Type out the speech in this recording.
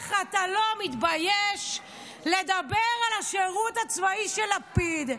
איך אתה לא מתבייש לדבר על השירות הצבאי של לפיד?